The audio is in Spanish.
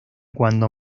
cuando